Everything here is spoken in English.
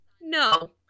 no